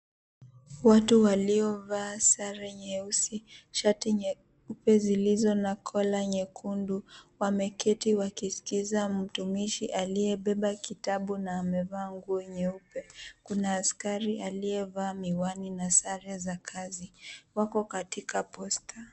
Watu waliovaa sare nyeusi, shati nyeupe ilizo na collar nyekundu wameketi wakiskiza mtumishi aliyebeba kitabu na amevaa nguo nyeupe. Kuna askari aliyeva miwani na sare za kazi. Wako katika Posta.